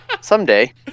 someday